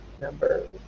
number